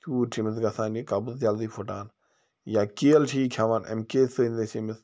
تیوٗت چھِ أمِس گژھان یہِ قَبض جلدی پھٹان یا کیل چھِ یہِ کھٮ۪وان اَمہِ کیلہِ سۭتۍ چھِ أمِس